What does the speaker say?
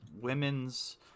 women's